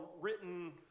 written